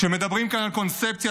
כשמדברים כאן על קונספציה,